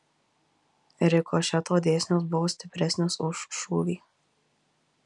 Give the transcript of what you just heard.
rikošeto dėsnis buvo stipresnis už šūvį